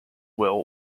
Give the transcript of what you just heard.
will